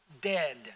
dead